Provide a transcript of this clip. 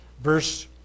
verse